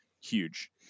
huge